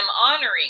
honoring